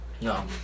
No